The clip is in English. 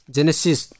Genesis